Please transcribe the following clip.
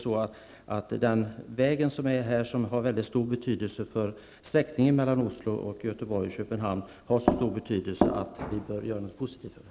Denna väg har så stor betydelse för sträckningen Oslo--Göteborg--Köpenhamn att det bör göras något positivt av den.